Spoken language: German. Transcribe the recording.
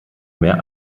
mehr